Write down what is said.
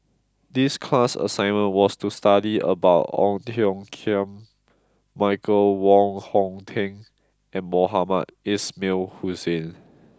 this class assignment was to study about Ong Tiong Khiam Michael Wong Hong Teng and Mohamed Ismail Hussain